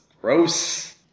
gross